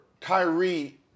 Kyrie